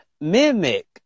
Mimic